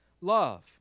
love